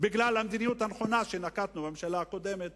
בגלל המדיניות הנכונה שנקטנו בממשלה הקודמת.